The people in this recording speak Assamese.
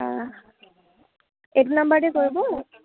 এইটো নাম্বাৰতে কৰিব